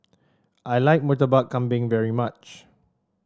I like Murtabak Kambing very much